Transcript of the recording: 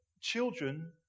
children